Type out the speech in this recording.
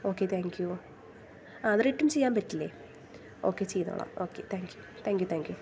okay thank you അവ written ചെയ്യാൻ പറ്റില്ലേ ഓക്കേ ചെയ്തോളാം ഓക്കേ ചെയ്തോളാം okay thank you thank U